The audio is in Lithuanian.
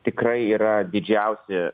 tikrai yra didžiausi